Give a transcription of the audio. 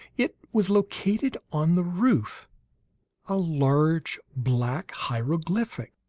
it was located on the roof a large black hieroglyphic,